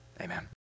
amen